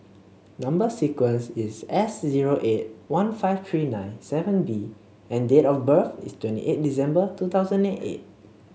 number sequence is S zero eight one five three nine seven B and date of birth is twenty eight December two thousand eight